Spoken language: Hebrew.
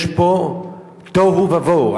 יש פה תוהו ובוהו.